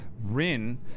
rin